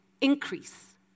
increase